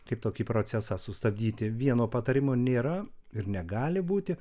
kaip tokį procesą sustabdyti vieno patarimo nėra ir negali būti